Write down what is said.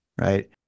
right